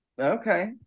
Okay